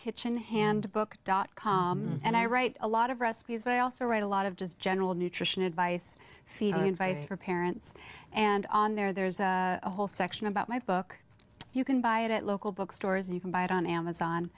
kitchen handbook dot com and i write a lot of recipes but i also write a lot of just general nutrition advice for parents and on there there's a whole section about my book you can buy it at local bookstores and you can buy it on amazon